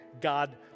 God